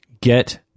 get